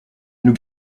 nous